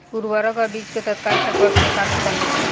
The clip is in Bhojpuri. उर्वरक अ बीज के तत्काल संपर्क से का नुकसान होला?